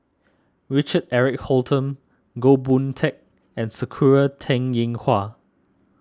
Richard Eric Holttum Goh Boon Teck and Sakura Teng Ying Hua